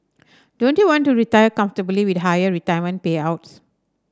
don't you want to retire comfortably with higher retirement payouts